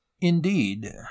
Indeed